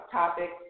topic